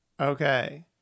Okay